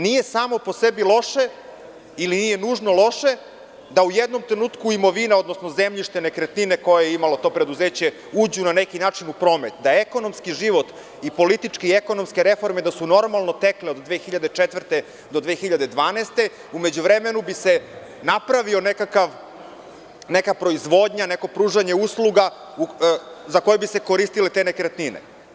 Nije samo po sebi loše ili nije nužno loše da u jednom trenutku imovina, odnosno zemljište, nekretnine koje je imalo to preduzeće uđu na neki način u promet, da ekonomski život i političke i ekonomske reforme da su tekle od 2004. do 2012. godine, u međuvremenu bi se napravila neka proizvodnja, neko pružanje usluga za koje bi se koristile te nekretnine.